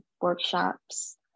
workshops